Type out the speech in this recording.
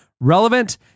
relevant